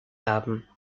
haben